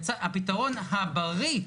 הפתרון הבריא,